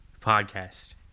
podcast